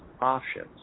options